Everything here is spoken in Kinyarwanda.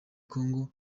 congo